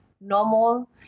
normal